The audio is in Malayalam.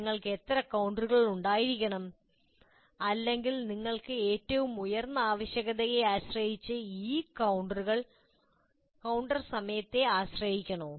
നിങ്ങൾക്ക് എത്ര കൌണ്ടറുകൾ ഉണ്ടായിരിക്കണം അല്ലെങ്കിൽ നിങ്ങൾക്ക് ഈ കൌണ്ടറുകൾ സമയത്തെയും ഏറ്റവും ഉയർന്ന ആവശ്യകതയെയും ആശ്രയിക്കണോ